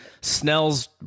Snell's